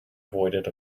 avoided